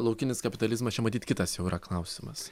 laukinis kapitalizmas čia matyt kitas jau yra klausimas